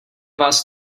vás